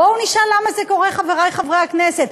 בואו נשאל למה זה קורה, חברי חברי הכנסת.